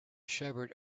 shepherd